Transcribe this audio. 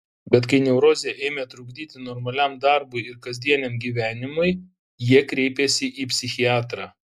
bet kai neurozė ėmė trukdyti normaliam darbui ir kasdieniam gyvenimui jie kreipėsi į psichiatrą